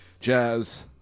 Jazz